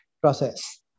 process